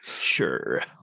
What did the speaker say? Sure